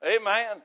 Amen